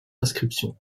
inscriptions